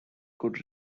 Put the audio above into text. could